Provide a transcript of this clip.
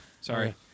Sorry